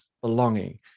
belonging